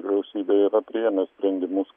vyriausybėj yra priėmę sprendimus